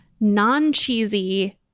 non-cheesy